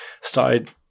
started